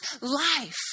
life